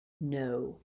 No